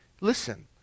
listen